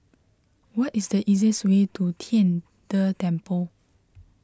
what is the easiest way to Tian De Temple